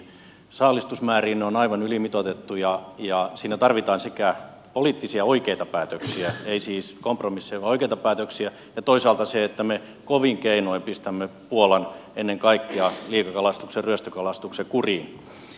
ne ovat aivan ylimitoitettuja ja siinä tarvitaan sekä oikeita poliittisia päätöksiä ei siis kompromisseja vaan oikeita päätöksiä ja toisaalta sitä että me kovin keinoin pistämme ennen kaikkea puolan liikakalastuksen ryöstökalastuksen kuriin